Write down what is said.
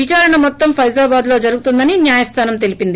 విచారణ మొత్తం పైజాబాద్లో జరుగుతుందని న్యాయస్లానం తెలిపింది